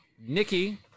Nikki